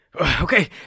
Okay